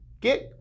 Get